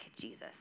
Jesus